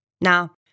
Now